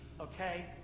Okay